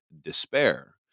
despair